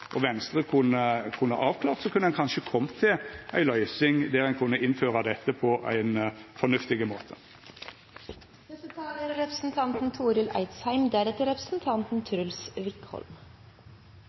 og Venstre kunne avklart dette, for då kunne ein kanskje ha kome til ei løysing der ein kunne ha innført dette på ein